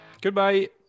goodbye